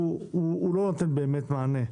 הוא לא נותן באמת מענה.